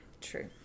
True